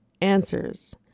answers